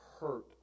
hurt